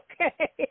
Okay